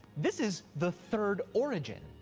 this is the third origin.